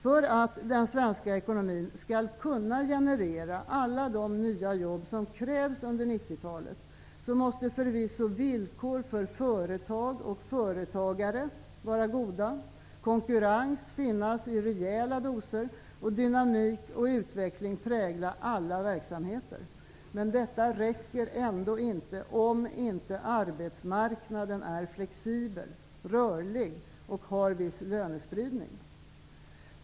För att den svenska ekonomin skall kunna generera alla de nya jobb som krävs under 90-talet måste förvisso villkoren för företag och företagare vara goda, konkurrens finnas i rejäla doser och dynamik och utveckling prägla alla verksamheter. Men detta räcker ändå inte om inte arbetsmarknaden är flexibel, rörlig och har viss lönespridning.